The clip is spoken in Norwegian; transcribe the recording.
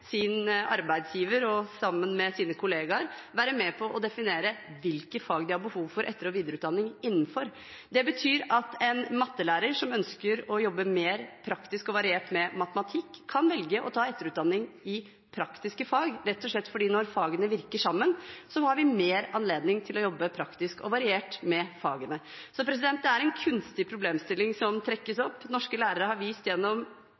sin arbeidsgiver og sammen med sine kollegaer, være med på å definere hvilke fag de har behov for etter- og videreutdanning innenfor. Det betyr at en mattelærer som ønsker å jobbe mer praktisk og variert med matematikk, kan velge å ta etterutdanning i praktiske fag, rett og slett fordi når fagene virker sammen, har man mer anledning til å jobbe praktisk og variert med fagene. Det er en kunstig problemstilling som trekkes opp. Norske lærere har vist gjennom